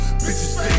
bitches